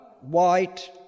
white